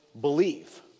believe